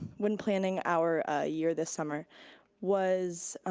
when planning our ah year this summer was,